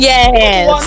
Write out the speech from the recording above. Yes